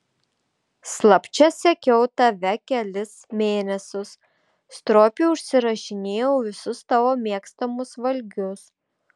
slapčia sekiau tave kelis mėnesius stropiai užsirašinėjau visus tavo mėgstamus valgius